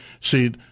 See